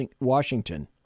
Washington